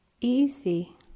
Easy